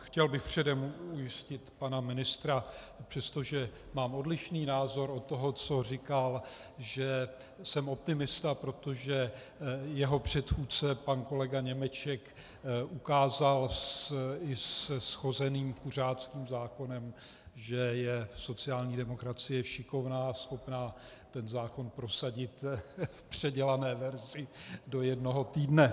Chtěl bych předem ujistit pana ministra, přestože mám odlišný názor od toho, co říkal, že jsem optimista, protože jeho předchůdce pan kolega Němeček ukázal i se shozeným kuřáckým zákonem, že je sociální demokracie šikovná a schopná ten zákon prosadit v předělané verzi do jednoho týdne.